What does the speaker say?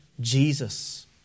Jesus